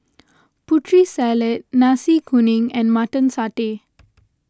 Putri Salad Nasi Kuning and Mutton Satay